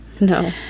No